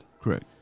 Correct